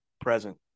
present